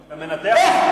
את המנתח,